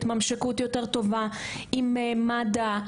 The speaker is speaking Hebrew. התממשקות יותר טובה עם מד"א.